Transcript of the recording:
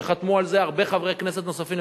וחתמו על זה הרבה חברי כנסת נוספים,